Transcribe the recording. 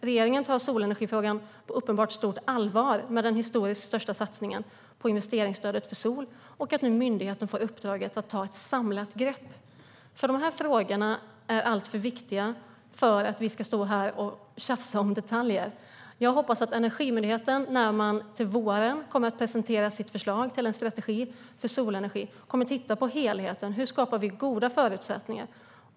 Regeringen tar solenergifrågan på ett uppenbart stort allvar med den historiskt sett största satsningen på investeringsstödet för sol och genom att myndigheten nu får i uppdrag att ta ett samlat grepp. Dessa frågor är alltför viktiga för att vi ska stå här och tjafsa om detaljer. Jag hoppas att Energimyndigheten när man till våren kommer att presentera sitt förslag till en strategi för solenergi kommer att titta på helheten. Hur skapar vi goda förutsättningar?